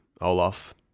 Olaf